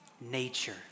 nature